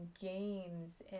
games